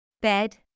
Bed